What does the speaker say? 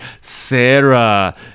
Sarah